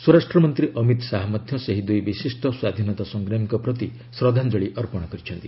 ସ୍ୱରାଷ୍ଟ୍ରମନ୍ତ୍ରୀ ଅମିତ ଶାହା ମଧ୍ୟ ସେହି ଦୁଇ ବିଶିଷ୍ଟ ସ୍ୱାଧୀନତା ସଂଗ୍ରାମୀଙ୍କ ପ୍ରତି ଶ୍ରଦ୍ଧାଞ୍ଜଳି ଅର୍ପଣ କରିଛନ୍ତି